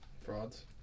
Frauds